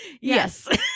Yes